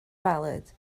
valid